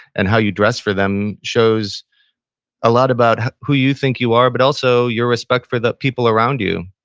and how you dress for them shows a lot about who you think you are, but also your respect for the people around you.